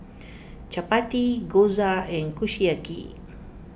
Chapati Gyoza and Kushiyaki